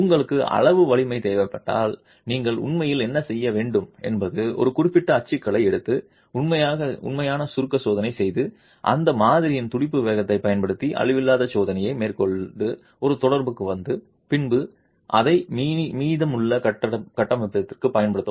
உங்களுக்கு அளவு வலிமை தேவைப்பட்டால் நீங்கள் உண்மையில் என்ன செய்ய வேண்டும் என்பது ஒரு குறிப்பிட்ட அச்சுக்கலை எடுத்து உண்மையான சுருக்க சோதனை செய்து அந்த மாதிரியில் துடிப்பு வேகத்தைப் பயன்படுத்தி அழிவில்லாத சோதனையை மேற்கொண்டு ஒரு தொடர்புக்கு வந்து பின்னர் அதை மீதமுள்ள கட்டமைப்பிற்கு பயன்படுத்தவும்